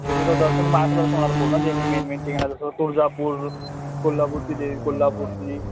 तुमचं दर्शन बाहेरच दर्शन होणार पूर्ण जे जे मेन मेन ठिकाण जसं तुळजापूर कोल्हापूरची देवी कोल्हापूरची